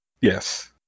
Yes